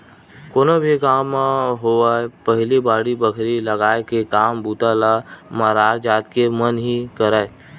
कोनो भी गाँव म होवय पहिली बाड़ी बखरी लगाय के काम बूता ल मरार जात के मन ही करय